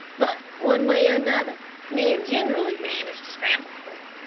but one way or another men gin'rally manage to scramble through.